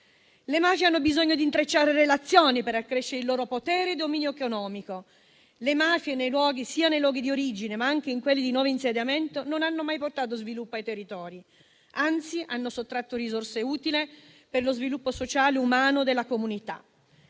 Le mafie hanno bisogno di intrecciare relazioni per accrescere il loro potere e dominio economico. Le mafie, sia nei luoghi di origine, ma anche in quelli di nuovo insediamento, non hanno mai portato sviluppo ai territori; anzi, hanno sottratto risorse utili per lo sviluppo sociale e umano della comunità.